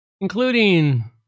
including